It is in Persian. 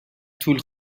طول